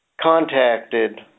contacted